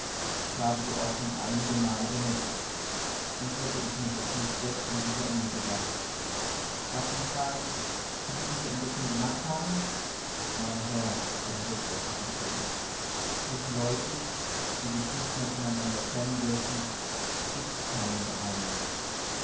ich habe sie auch schon einigemal benutzt sonst hätte ich mich auch nicht jetzt in diese enge gewagt darf man fragen wie sie diese entdeckung gemacht haben mein herr erwiderte der kapitän zwischen leuten die sich nicht mehr von einander trennen dürfen giebt's kein geheimniß